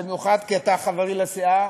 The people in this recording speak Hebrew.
במיוחד כי אתה חברי לסיעה,